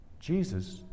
Jesus